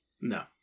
No